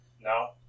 No